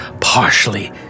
partially